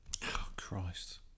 Christ